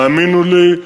האמינו לי,